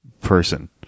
person